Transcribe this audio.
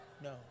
No